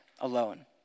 alone